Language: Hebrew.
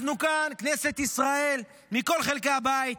אנחנו, כנסת ישראל מכל חלקי הבית,